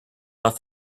off